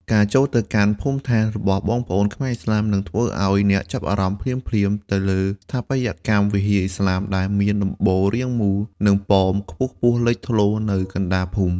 ការចូលទៅកាន់ភូមិដ្ឋានរបស់បងប្អូនខ្មែរឥស្លាម នឹងធ្វើឱ្យអ្នកចាប់អារម្មណ៍ភ្លាមៗទៅលើស្ថាបត្យកម្មវិហារឥស្លាម ដែលមានដំបូលរាងមូល និងប៉មខ្ពស់ៗលេចធ្លោនៅកណ្តាលភូមិ។